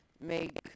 make